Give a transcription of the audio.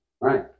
Right